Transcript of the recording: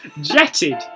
jetted